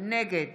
נגד